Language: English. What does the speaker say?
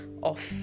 off